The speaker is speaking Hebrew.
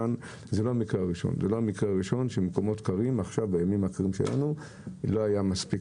מקרה ראשון שבמקומות קרים לה היה מספיק